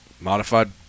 Modified